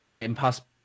Impossible